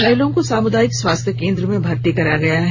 घायलों को सामुदायिक स्वास्थ्य केंद्र में भर्ती कराया गया है